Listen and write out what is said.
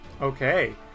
Okay